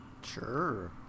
Sure